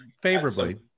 Favorably